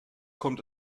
kommt